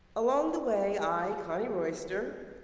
along the way, i, connie royster,